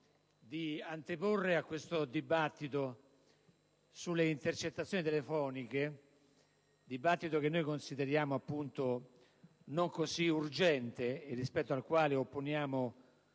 da anteporre a questo dibattito sulle intercettazioni telefoniche, dibattito che consideriamo, appunto, non così urgente e rispetto al quale opponiamo